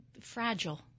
fragile